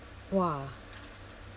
!wah!